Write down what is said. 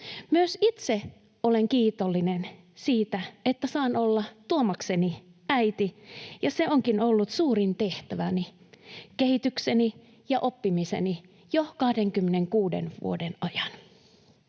Myös itse olen kiitollinen siitä, että saan olla Tuomakseni äiti, ja se onkin ollut suurin tehtäväni, kehitykseni ja oppimiseni jo 26 vuoden ajan.